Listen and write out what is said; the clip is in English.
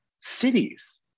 cities